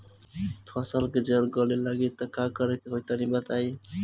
फसल के जड़ गले लागि त का करेके होई तनि बताई?